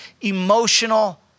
emotional